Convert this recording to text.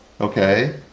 Okay